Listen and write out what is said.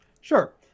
Sure